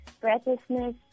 breathlessness